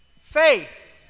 faith